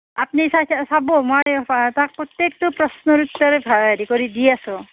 আপুনি চাইছে চাবো মই তাক প্ৰত্যেকটো প্ৰশ্নৰ উত্তৰে হেৰি কৰি দি আছোঁ